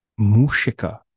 mushika